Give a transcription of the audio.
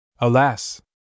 Alas